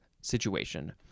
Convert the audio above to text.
situation